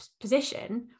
position